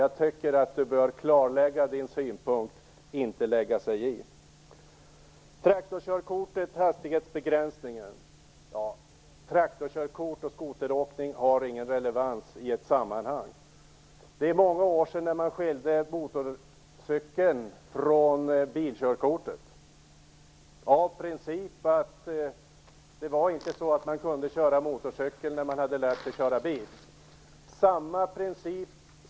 Jag tycker att Alf Eriksson borde klarlägga sin synpunkt om att man inte skall lägga sig i. Traktorkörkort och skoterkörning har inget samband. Det var många år sedan som man skilde motorcykelkörkortet från bilkörkortet. Man kan inte köra motorcykel bara för att man har lärt sig att köra bil.